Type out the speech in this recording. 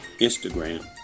Instagram